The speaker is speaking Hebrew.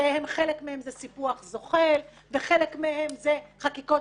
שחלק מהן זה סיפוח זוחל וחלק מהן חקיקות